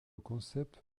concept